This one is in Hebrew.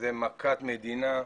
זו מכת מדינה,